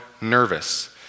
nervous